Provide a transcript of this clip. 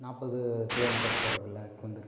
நாற்பது kilometre போகறதுல கலந்துருக்கேன்